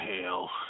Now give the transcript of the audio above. hell